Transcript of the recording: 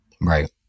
Right